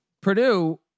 Purdue